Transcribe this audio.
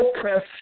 Press